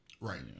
right